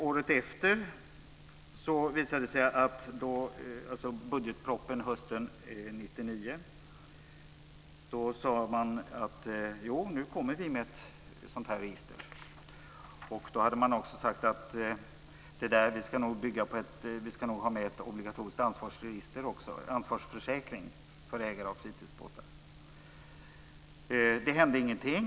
Året efter - vid budgetpropositionen hösten 1999 - sade man: Jo, nu kommer vi med ett sådant här register. Man sade att man nog också skulle ha med en obligatorisk ansvarsförsäkring för ägare av fritidsbåtar. Det hände ingenting.